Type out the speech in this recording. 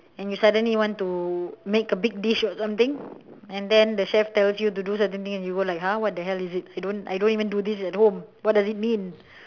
and you suddenly want to make a big dish or something and then the chef tells you to do certain things and you go like !huh! what the hell is it I don't I don't even do this at home what does it mean